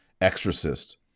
exorcist